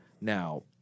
now